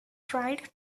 tried